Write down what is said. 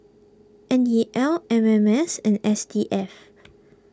N E L M M S and S D F